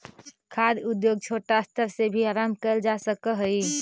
खाद्य उद्योग छोटा स्तर से भी आरंभ कैल जा सक हइ